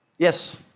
Yes